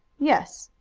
yes.